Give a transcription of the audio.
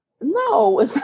No